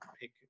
pick